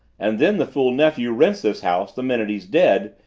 and then the fool nephew rents this house the minute he's dead,